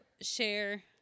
share